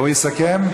הוא יסכם?